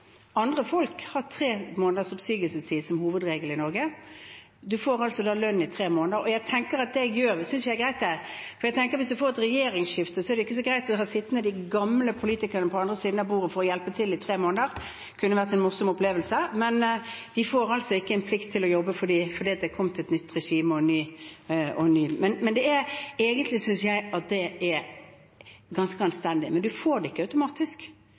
Andre folk har tre måneders oppsigelsestid, det er hovedregelen i Norge. Man får altså lønn i tre måneder. Jeg tenker at det er greit, for hvis man får et regjeringsskifte, er det ikke så greit å ha de gamle politikerne sittende på den andre siden av bordet for å hjelpe til i tre måneder. Det kunne vært en morsom opplevelse, men de får altså ikke en plikt til å jobbe – fordi det er kommet et nytt regime. Egentlig synes jeg det er ganske anstendig. Men man får det ikke automatisk, man får det bare hvis man ikke har en jobb å gå til. De som går til Stortinget, får det ikke.